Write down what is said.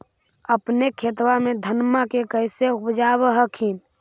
अपने खेतबा मे धन्मा के कैसे उपजाब हखिन?